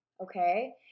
okay